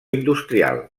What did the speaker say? industrial